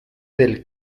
del